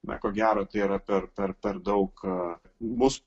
na ko gero tai yra per per per daug bus